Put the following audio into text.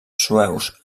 sueus